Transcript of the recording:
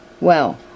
Well